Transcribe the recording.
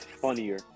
funnier